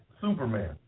Superman